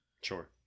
Sure